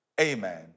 amen